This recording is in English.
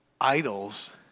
idols